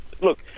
look